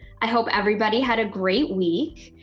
i hope everybody had a great week.